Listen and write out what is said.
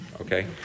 okay